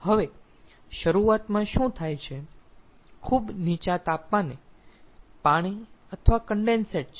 હવે શરૂઆતમાં શું થાય છે ખૂબ નીચા તાપમાને પાણી અથવા કન્ડેન્સેટ છે